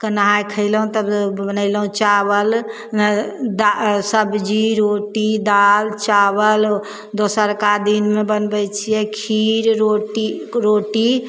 तऽ नहै खएलहुँ तब बनेलहुँ चावल नहि दा सबजी रोटी दालि चावल दोसरका दिनमे बनबै छिए खीर रोटी रोटी